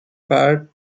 part